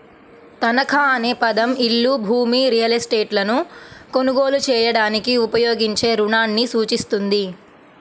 తనఖా అనే పదం ఇల్లు, భూమి, రియల్ ఎస్టేట్లను కొనుగోలు చేయడానికి ఉపయోగించే రుణాన్ని సూచిస్తుంది